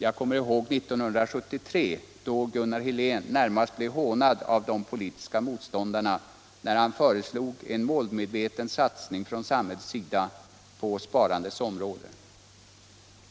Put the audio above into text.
Jag kommer ihåg hur Gunnar Helén 1973 närmast blev hånad av de politiska motståndarna när han föreslog en målmedveten satsning från samhället på sparandets område.